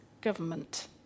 government